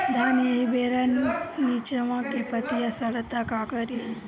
धान एही बेरा निचवा के पतयी सड़ता का करी?